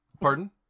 pardon